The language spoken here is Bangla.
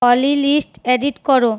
অলি লিস্ট এডিট করো